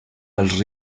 als